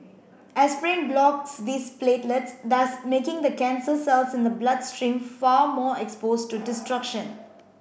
aspirin blocks these platelets thus making the cancer cells in the bloodstream far more exposed to destruction